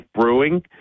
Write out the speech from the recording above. brewing